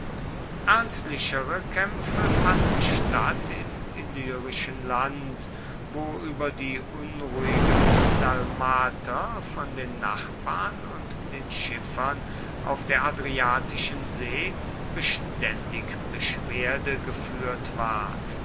ernstlichere kämpfe fanden statt im illyrischen land wo über die unruhigen dalmater von den nachbarn und den schiffern auf der adriatischen see beständig beschwerde geführt ward